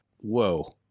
Whoa